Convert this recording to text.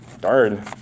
darn